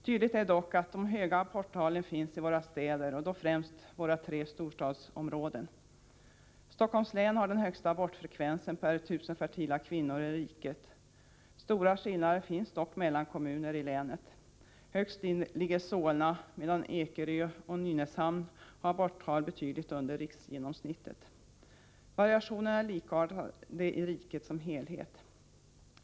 Tydligt är dock att de höga aborttalen finns i våra städer och främst de tre storstadsområdena. Stockholms län har den högsta abortfrekvensen per 1 000 fertila kvinnor i riket. Stora skillnader finns dock mellan kommuner i länet. Högst ligger Solna, medan Ekerö och Nynäshamn har aborttal betydligt under riksgenomsnittet. Variationerna är likartade i riket som helhet.